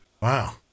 Wow